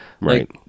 right